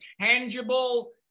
tangible